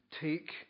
take